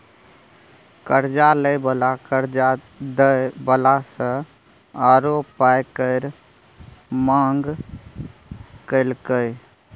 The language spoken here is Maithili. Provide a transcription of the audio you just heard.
कर्जा लय बला कर्जा दय बला सँ आरो पाइ केर मांग केलकै